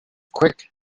quick